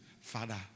father